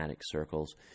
circles